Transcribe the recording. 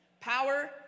Power